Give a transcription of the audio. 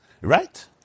Right